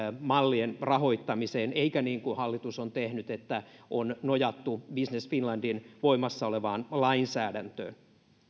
mallien rahoittamiseen eikä niin kuin hallitus on tehnyt että on nojattu business finlandin voimassa olevaan lainsäädäntöön